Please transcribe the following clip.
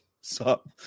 sup